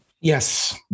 yes